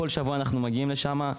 בכל שבוע אנחנו מגיעים לשם.